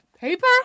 Paper